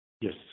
Yes